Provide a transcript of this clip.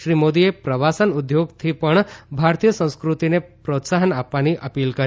શ્રી મોદીએ પ્રવાસન ઉદ્યોગથી પણ ભારતીય સંસ્કૃતિને પ્રોત્સાહન આપવાની અપીલ કરી